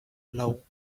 love